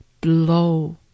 Blow